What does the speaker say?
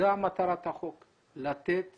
זו מטרת החוק - לתת